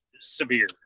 severe